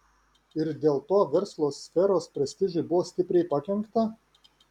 ir dėl to verslo sferos prestižui buvo stipriai pakenkta